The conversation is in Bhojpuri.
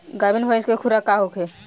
गाभिन भैंस के खुराक का होखे?